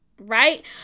Right